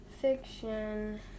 fiction